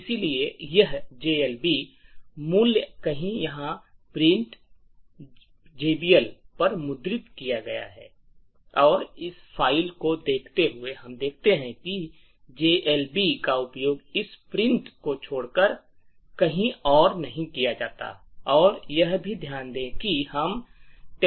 इसलिए यह जीएलबी मूल्य कहीं यहां प्रिंट जीएलबी पर मुद्रित किया जाएगा और इस फ़ाइल को देखते हुए हम देखते हैं कि जीएलबी का उपयोग इस प्रिंटफ़ को छोड़कर कहीं और नहीं किया जाता है और यह भी ध्यान दें कि हम 10